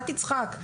אל תצחק,